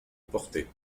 portaient